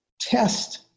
test